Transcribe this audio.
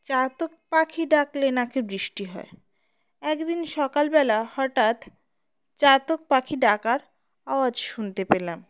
চাতক পাখি ডাকলে নাকি বৃষ্টি হয় একদিন সকালবেলা হঠাৎ চাতক পাখি ডাকার আওয়াজ শুনতে পেলাম